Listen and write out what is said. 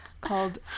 called